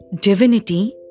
divinity